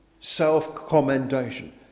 self-commendation